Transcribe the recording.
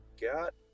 got